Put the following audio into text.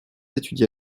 étudia